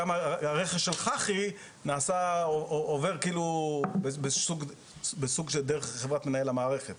גם הרכש של חח"י עובר כאילו בסוג של דרך לחברת מנהל המערכת,